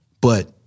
But-